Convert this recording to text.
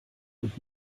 und